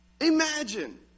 Imagine